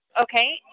Okay